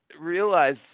realize